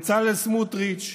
בצלאל סמוטריץ'